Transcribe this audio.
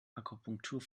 akupunktur